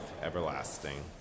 everlasting